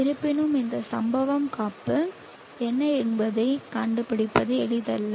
இருப்பினும் இந்த சம்பவம் காப்பு என்ன என்பதைக் கண்டுபிடிப்பது எளிதல்ல